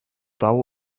bau